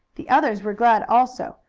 the others were glad also,